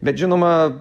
bet žinoma